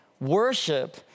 Worship